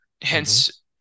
hence